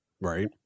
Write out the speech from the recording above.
Right